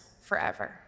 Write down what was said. forever